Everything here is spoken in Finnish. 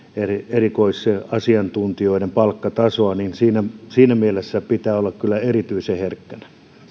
erikoisasiantuntijoiden palkkatasoa siinä siinä mielessä pitää olla kyllä erityisen herkkänä